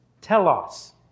telos